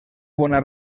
bona